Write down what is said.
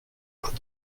plus